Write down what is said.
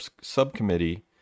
subcommittee